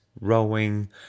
rowing